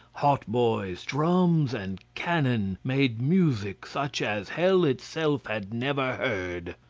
hautboys, drums, and cannon made music such as hell itself had never heard.